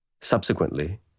Subsequently